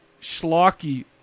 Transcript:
Schlocky